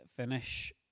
finish